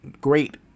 great